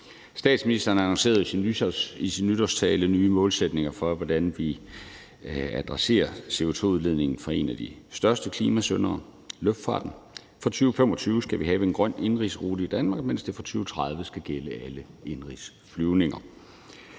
Statsministeren annoncerede i sin nytårstale nye målsætninger for, hvordan vi adresserer CO2-udfordringen fra en af de største klimasyndere, nemlig luftfarten. Fra 2025 skal vi have en grøn indenrigsrute i Danmark, mens det fra 2030 skal gælde for alle indenrigsflyvninger.